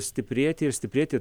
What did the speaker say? stiprėti ir stiprėti